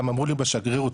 גם אמרו לי בשגרירות,